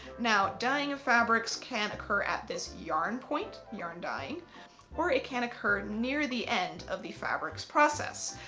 now dyeing of fabrics can occur at this yarn point, yarn dyeing or it can occur near the end of the fabrics process,